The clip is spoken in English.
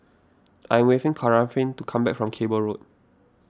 I'm waiting Katharyn to come back from Cable Road